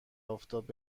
آفتاب